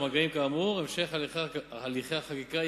אני מניח שבמושב החורף.